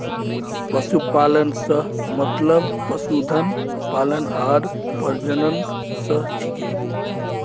पशुपालन स मतलब पशुधन पालन आर प्रजनन स छिके